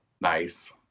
Nice